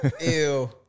Ew